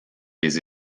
des